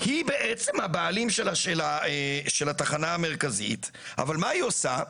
היא בעצם הבעלים של התחנה המרכזית, אבל מה עושה?